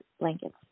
blankets